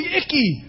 icky